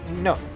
No